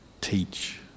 teach